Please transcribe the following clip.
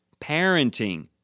Parenting